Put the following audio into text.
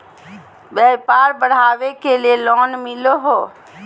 व्यापार बढ़ावे के लिए लोन मिलो है?